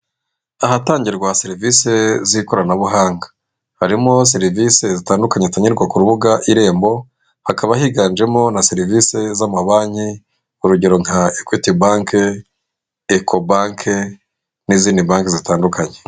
Ahatangirwa serivisi z'ikoranabuhanga, harimo serivise zitandukanye zitangirwa ku rubuga irembo, hakaba higanjemo na serivisi z'amabanki, urugero nka EQUITY BANK, ECOBANK n'izindi banki zitandukanye.